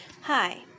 Hi